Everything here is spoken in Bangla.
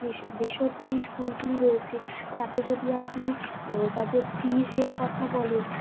বেসরকারি স্কুলগুলি রয়েছে তাতে যদি আপনি তাদের ফিজের কথা বলেন